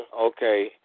okay